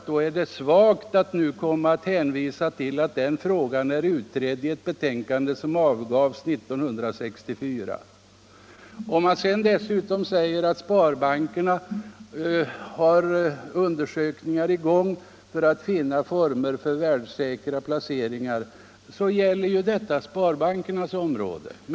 Då är det svagt att nu hänvisa till att frågan är utredd i ett betänkande som avgavs 1964. Dessutom säger utskottet att sparbankerna har satt i gång undersökningar för att finna former för värdesäkra placeringar. Men det gäller ju sparbankernas område.